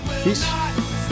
peace